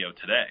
today